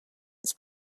its